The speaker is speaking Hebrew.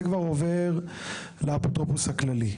זה כבר עובר לאפוטרופוס הכללי.